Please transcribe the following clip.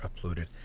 uploaded